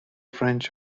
french